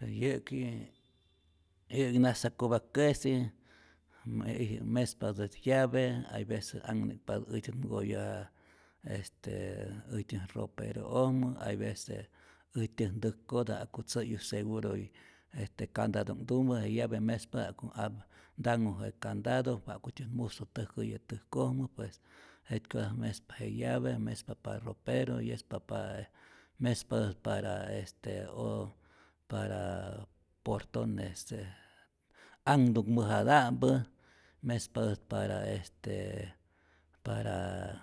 Pues yä'ki yä'k nasakopak'käsi mä ij mespatät llave, hay vece akne'kpatät äjtyä nkoyoja este äjtyät roperu'ojmä, hay vece äjtyän ntäk'kota ja'ku tzä'yu seguro je tä candado'nhtumä, je llave mespa ja'ku ab ntanhu je candado ja'kutyät musu täjkäyu täjkojmä, pues jetkyotatäj mespa je llave, mespa pa ropero, yospa pa mespatät para este o para porton, este anhtunh mäjata'mpä, mespatät para este para